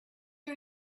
are